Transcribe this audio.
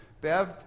Bev